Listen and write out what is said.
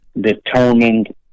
determined